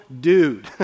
dude